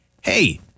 hey